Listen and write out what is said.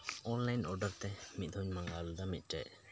online order ᱛᱮ ᱢᱤᱫ ᱫᱷᱟᱣᱤᱧ ᱢᱟᱜᱟᱣ ᱞᱮᱫᱟ ᱢᱤᱫᱴᱮᱡ